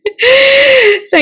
thank